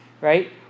right